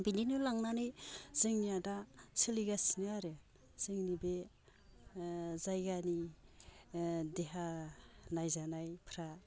बिदिनो लांनानै जोंनिया दा सोलिगासिनो आरो जोंनि बे जायगानि देहा नायजानायफ्रा